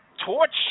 torch